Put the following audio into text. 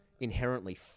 inherently